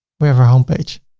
we have our homepage,